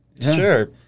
Sure